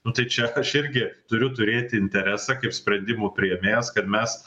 nu tai čia aš irgi turiu turėti interesą kaip sprendimų priėmėjas kad mes